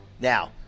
Now